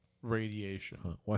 Radiation